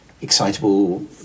excitable